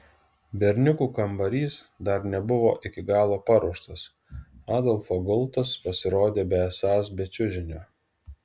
berniukų kambarys dar nebuvo iki galo paruoštas adolfo gultas pasirodė besąs be čiužinio